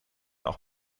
auch